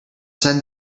sent